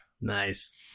Nice